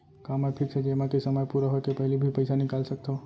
का मैं फिक्स जेमा के समय पूरा होय के पहिली भी पइसा निकाल सकथव?